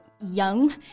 young